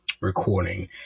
recording